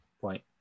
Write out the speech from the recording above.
point